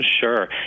Sure